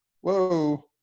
whoa